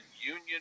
union